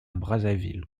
brazzaville